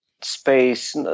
space